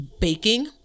baking